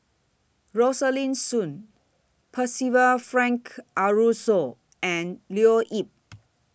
Rosaline Soon Percival Frank Aroozoo and Leo Yip